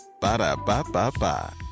Ba-da-ba-ba-ba